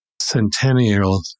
centennial